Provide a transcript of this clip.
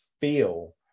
feel